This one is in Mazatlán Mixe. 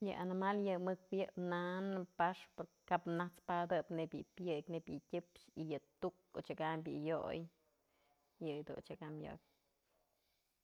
Yë animal yë mëk pyëpë na'an, pax kap najt's padëp neyb yë pyëk neyb yë tyëpxë y yë tuk odyëkam yë yoy, yë jedun odyëkam yopyë.